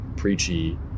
preachy